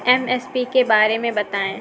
MSP के बारे में बतायें?